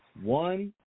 One